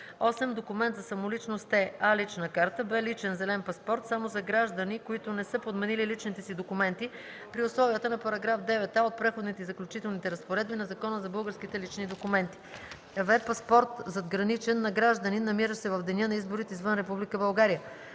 8. „Документ за самоличност” е: а) лична карта; б) личен (зелен) паспорт – само за граждани, които не са подменили личните си документи при условията на § 9а от Преходните и заключителните разпоредби на Закона за българските лични документи; в) паспорт (задграничен) на гражданин, намиращ се в деня на изборите извън Република